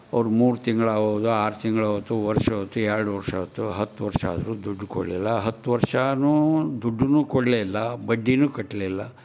ಅವ್ರು ಮೂರು ತಿಂಗ್ಳು ಆಯ್ತು ಆರು ತಿಂಗ್ಳು ಆಯ್ತು ವರ್ಷ ಹೋಯ್ತು ಎರಡು ವರ್ಷ ಹೋಯ್ತು ಹತ್ತು ವರ್ಷ ಆದರು ದುಡ್ಡು ಕೊಡಲಿಲ್ಲ ಹತ್ತು ವರ್ಷನೂ ದುಡ್ಡು ಕೊಡಲೇ ಇಲ್ಲ ಬಡ್ಡಿನು ಕಟ್ಟಲಿಲ್ಲ